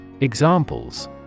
Examples